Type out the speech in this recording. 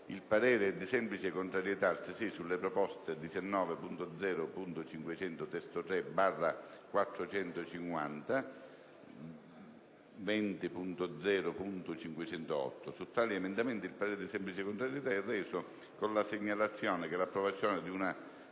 il parere di semplice contrarietà è reso con la segnalazione che l'approvazione di una